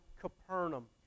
Capernaum